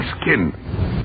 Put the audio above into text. skin